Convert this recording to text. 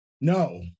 No